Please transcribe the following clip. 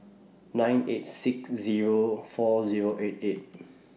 nine eight six Zero four Zero eight eight